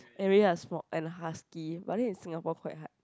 and maybe a small and husky but then in Singapore quite hard